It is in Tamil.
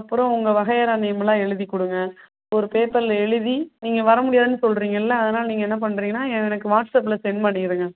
அப்பறம் உங்கள் வகையறா நேம்லாம் எழுதி கொடுங்க ஒரு பேப்பர்ல எழுதி நீங்கள் வரமுடியாதுன்னு சொல்கிறிங்கல்ல அதனால நீங்கள் என்ன பண்ணுறீங்கனா எனக்கு வாட்ஸ் ஆப்ல சென்ட் பண்ணிடுங்க